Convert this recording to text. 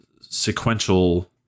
sequential